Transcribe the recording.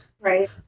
Right